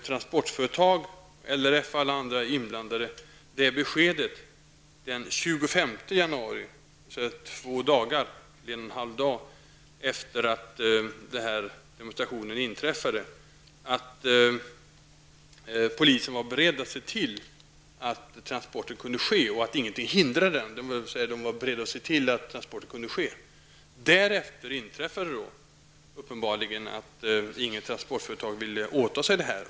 Transportföretag, RLF -- alla inblandade -- fick besked den 25 januari, en och en halv dag efter det att demonstrationen ägde rum, att polisen var beredd att se till att transporter kunde ske. Därefter inträffade uppenbarligen att inget transportföretag ville åta sig uppdraget.